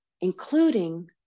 including